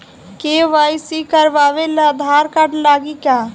KYC करावे ला Aadhaar card लागी का?